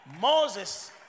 Moses